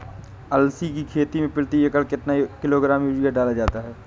अलसी की खेती में प्रति एकड़ कितना किलोग्राम यूरिया डाला जाता है?